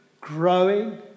growing